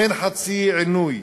אין חצי עינוי